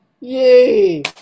Yay